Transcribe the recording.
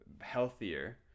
healthier